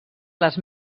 les